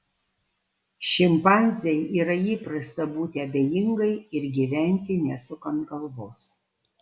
šimpanzei yra įprasta būti abejingai ir gyventi nesukant galvos